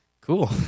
Cool